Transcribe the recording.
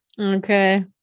Okay